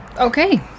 okay